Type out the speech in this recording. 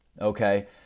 Okay